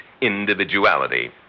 individuality